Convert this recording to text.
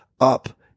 up